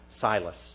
Silas